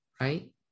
right